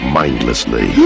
mindlessly